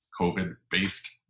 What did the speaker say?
COVID-based